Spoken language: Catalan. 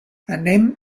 anem